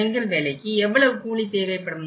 செங்கல் வேலைக்கு எவ்வளவு கூலி தேவைப்படும்